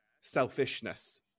selfishness